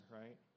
right